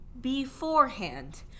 beforehand